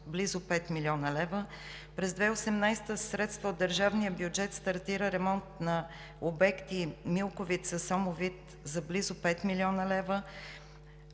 близо 5 млн. лв. През 2018 г. със средства от държавния бюджет стартира ремонт на обекти Милковица, Сомовит за близо 5 млн. лв.;